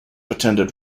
attended